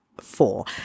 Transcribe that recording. four